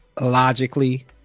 logically